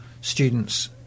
students